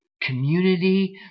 community